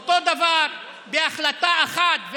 אותו דבר, בהחלטה אחת.